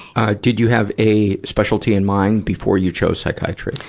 ah did you have a specialty in mind before you chose psychiatry?